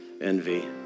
envy